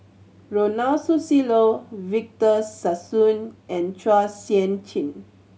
Ronald Susilo Victor Sassoon and Chua Sian Chin